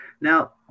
Now